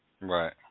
Right